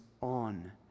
on